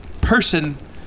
person